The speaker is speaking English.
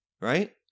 right